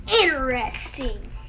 interesting